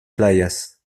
playas